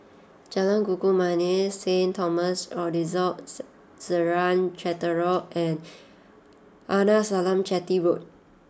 Jalan Kayu Manis Saint Thomas Orthodox Syrian Cathedral and Arnasalam Chetty Road